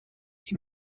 این